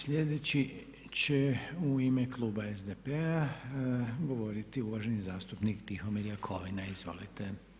Sljedeći će u ime kluba SDP-a govoriti uvaženi zastupnik Tihomir Jakovina, izvolite.